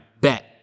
bet